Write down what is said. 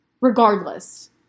Regardless